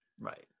Right